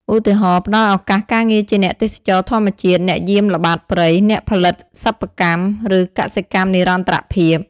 ឧទាហរណ៍ ផ្តល់ឱកាសការងារជាអ្នកទេសចរណ៍ធម្មជាតិ អ្នកយាមល្បាតព្រៃ អ្នកផលិតសិប្បកម្ម ឬកសិកម្មនិរន្តរភាព។